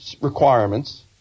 requirements